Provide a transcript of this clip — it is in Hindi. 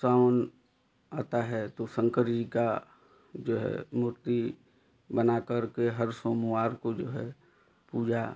सावन आता है तो शंकर जी की जो है मूर्ति बनाकर के हर सोमवार को जो है पूजा